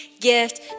gift